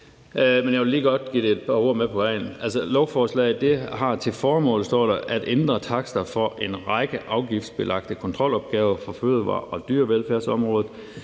jeg vil lige godt give det et par ord med på vejen. Lovforslaget har til formål, står der, at ændre takster for en række afgiftsbelagte kontrolopgaver på fødevare- og dyrevelfærdsområdet.